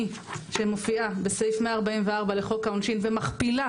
שמופיעה בסעיף 144 לחוק העונשין ומכפילה,